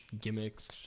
gimmicks